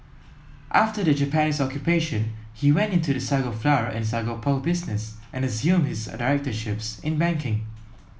after the Japanese Occupation he went into the sago flour and sago pearl business and assumed his directorships in banking